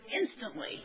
instantly